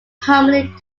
primarily